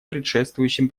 предшествующим